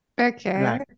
Okay